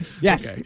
Yes